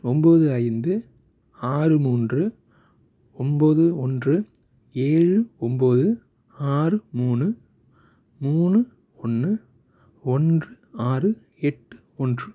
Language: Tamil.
ஒம்பது ஐந்து ஆறு மூன்று ஒம்பது ஒன்று ஏழு ஒம்பது ஆறு மூணு மூணு ஒன்று ஒன்று ஆறு எட்டு ஒன்று